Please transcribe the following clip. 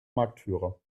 marktführer